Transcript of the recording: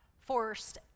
forced